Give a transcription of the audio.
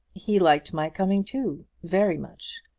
he liked my coming too very much.